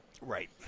Right